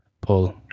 pull